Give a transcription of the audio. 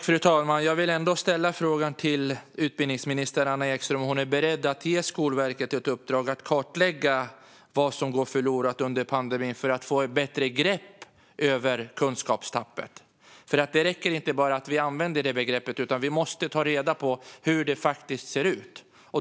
Fru talman! Jag vill ändå fråga utbildningsminister Anna Ekström om hon är beredd att ge Skolverket ett uppdrag att kartlägga vad som går förlorat under pandemin för att få ett bättre grepp om kunskapstappet. Det räcker inte att vi använder det begreppet, utan vi måste ta reda på hur det faktiskt ser ut.